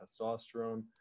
testosterone